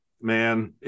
man